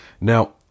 Now